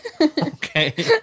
Okay